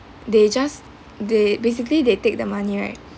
they just they basically they take the money right